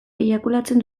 eiakulatzen